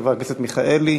חבר הכנסת מיכאלי,